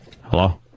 Hello